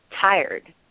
tired